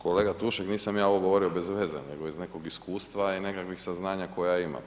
Kolega Tušek nisam ja ovo govorio bez veze nego iz nekog iskustva i nekakvih saznanja koja ja imam.